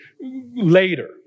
later